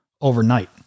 overnight